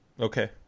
Okay